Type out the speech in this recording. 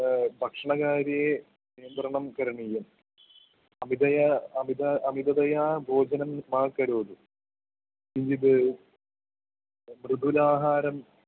भक्षणकार्ये नियन्त्रणं करणीयं अमितम् अमितम् अमिततया भोजनं मा करोतु किञ्जित् मृद्वाहारम्